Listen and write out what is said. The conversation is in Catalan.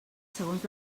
segons